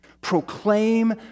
Proclaim